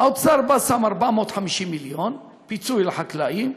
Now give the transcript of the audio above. האוצר שם 450 מיליון פיצוי לחקלאים,